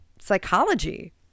psychology